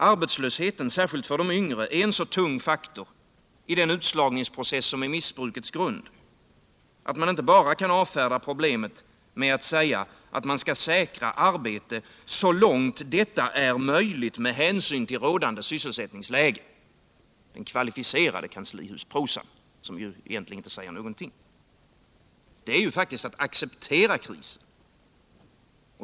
Arbetslösheten, särskilt för de yngre, är en så tung faktor i den utslagningsprocess som är missbrukets grund att man inte bara kan avfärda problemet med att säga att man skall säkra arbete så långt detta är möjligt med hänsyn till rådande sysselsättningsläge — kvalificerad kanslihusprosa, som faktiskt inte säger någonting. Det är ju faktiskt att acceptera krisen.